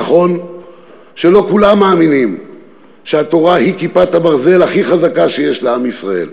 נכון שלא כולם מאמינים שהתורה היא כיפת הברזל הכי חזקה שיש לעם ישראל,